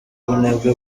ubunebwe